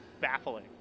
baffling